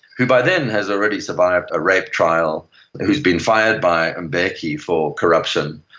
who by then has already survived a rape trial, who has been fired by mbeki for corruption,